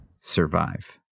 survive